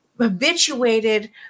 habituated